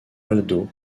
aldo